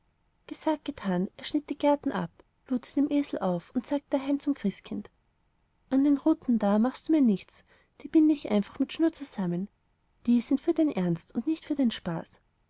gesagt getan er schnitt die gerten ab lud sie dem esel auf und sagte daheim zum christkind an den ruten da machst du mir nichts die binde ich einfach mit schnur zusammen die sind für den ernst und nicht für den spaß